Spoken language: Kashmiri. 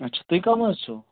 اچھا تُہۍ کٔم حظ چھِو